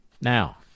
Now